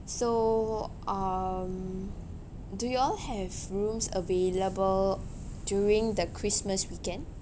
so um do y'all have rooms available during the christmas weekend